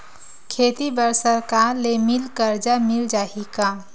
खेती बर सरकार ले मिल कर्जा मिल जाहि का?